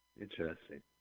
Interesting